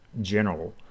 general